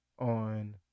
on